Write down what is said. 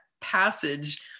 passage